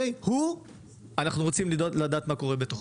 אנחנו רוצים לדעת מה קורה בתוכו,